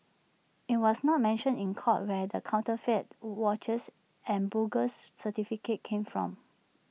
IT was not mentioned in court where the counterfeit watches and bogus certificates came from